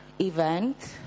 event